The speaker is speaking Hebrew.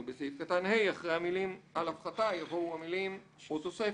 בסעיף קטן (ה) אחרי המילים "על הפחתה" יבואו המילים "או תוספת".